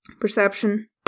perception